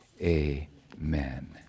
amen